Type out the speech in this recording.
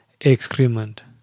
excrement